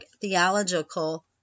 theological